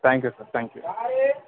thank you sir thank you